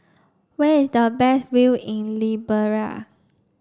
where is the best view in